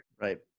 Right